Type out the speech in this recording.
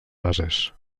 fases